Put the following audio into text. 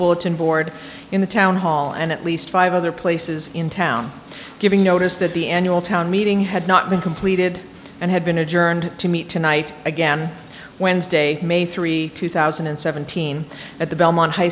bulletin board in the town hall and at least five other places in town giving notice that the annual town meeting had not been completed and had been adjourned to meet tonight again wednesday may three two thousand and seventeen at the belmont high